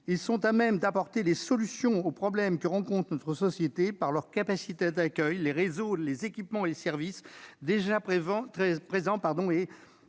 Ils sont à même d'apporter les solutions aux problèmes que rencontre notre société, par leurs capacités d'accueil, les réseaux, les équipements et les services déjà présents et souvent